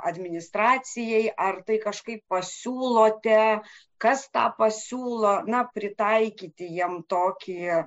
administracijai ar tai kažkaip pasiūlote kas tą pasiūlo na pritaikyti jiem tokį